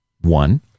One